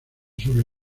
sobre